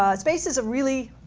ah space is a really,